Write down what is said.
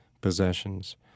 possessions